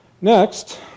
Next